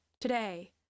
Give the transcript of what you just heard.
Today